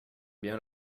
bien